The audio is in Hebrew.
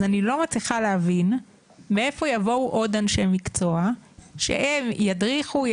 אז אני לא מצליחה להבין מאיפה יבואו עוד אנשי מקצוע שהם ידריכו,